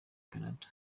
canada